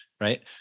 Right